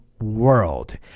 world